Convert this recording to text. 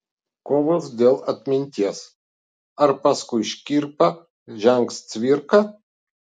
kovos dėl atminties ar paskui škirpą žengs cvirka